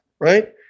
Right